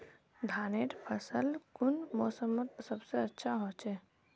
धानेर फसल कुन मोसमोत सबसे अच्छा होचे?